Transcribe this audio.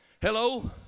Hello